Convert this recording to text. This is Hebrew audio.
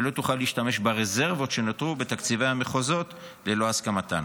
ולא תוכל להשתמש ברזרבות שנותרו בתקציבי המחוזות ללא הסכמתם.